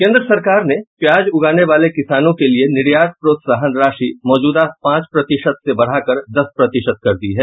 केन्द्र सरकार ने प्याज उगाने वाले किसानों के लिए निर्यात प्रोत्साहन राशि मौजूदा पांच प्रतिशत से बढ़ाकर दस प्रतिशत कर दी है